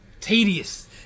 tedious